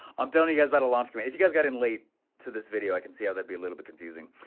i'm telling you guys about a launch committee. if you guys got in late to this video, i can see how that'd be a little bit confusing.